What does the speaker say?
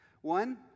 One